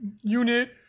unit